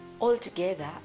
altogether